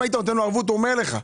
אם היית נותן לו ערבות הוא אומר לך,